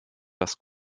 das